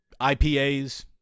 IPAs